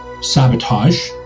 sabotage